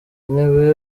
intebe